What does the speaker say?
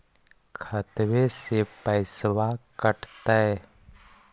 खतबे से पैसबा कटतय?